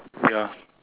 ya